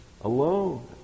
alone